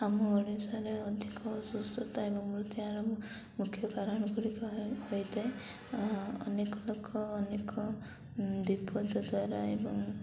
ଆମ ଓଡ଼ିଶାରେ ଅଧିକ ଅସୁସ୍ଥତା ଏବଂ ମୃତ୍ୟୁର ମୁଖ୍ୟ କାରଣ ଗୁଡ଼ିକ ହୋଇଥାଏ ଅନେକ ଲୋକ ଅନେକ ବିପଦ ଦ୍ୱାରା ଏବଂ